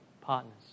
partners